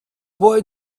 boy